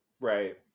Right